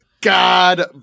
God